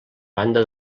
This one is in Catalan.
banda